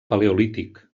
paleolític